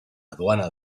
aduana